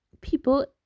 people